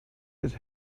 his